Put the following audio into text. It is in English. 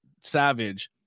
savage